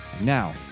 Now